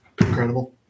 incredible